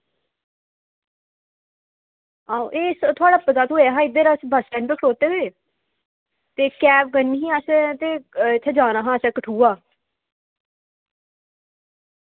आं एह् थुआढ़ा पता थ्होआ हा इद्धर बस्स स्टैंड उप्पर खड़ोते दे ते कैब करनी ही असें ते इत्थें जाना हा कठुआ